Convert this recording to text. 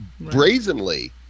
brazenly